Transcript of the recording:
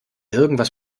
irgendwas